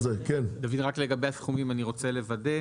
לגבי הסכומים, אני רוצה לוודא.